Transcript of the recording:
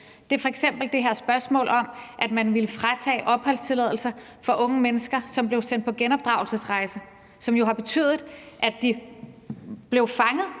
Det er f.eks. det her spørgsmål om, at man ville tage opholdstilladelser fra unge mennesker, som blev sendt på genopdragelsesrejse, som jo har betydet, at de blev fanget